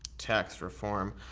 tax reform.